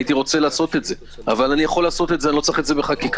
יכול לעשות את זה - לא צריך לעשות את זה בחקיקה.